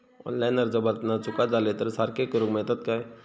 Online अर्ज भरताना चुका जाले तर ते सारके करुक मेळतत काय?